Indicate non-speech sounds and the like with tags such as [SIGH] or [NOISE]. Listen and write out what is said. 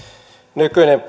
nykyinen [UNINTELLIGIBLE]